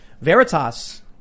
Veritas